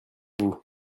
vous